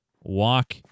walk